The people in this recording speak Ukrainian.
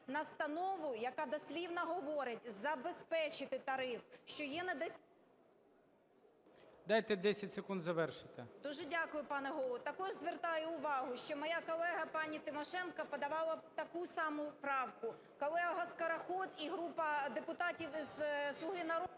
настанову, яка дослівно говорить: забезпечити тариф… ГОЛОВУЮЧИЙ. Дайте 10 секунд завершити. БЄЛЬКОВА О.В. Дуже дякую, пане Голово. Також звертаю увагу, що моя колега пані Тимошенко подавала таку саму правку, колега Скороход і група депутатів із "Слуга народу"…